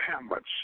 hamlets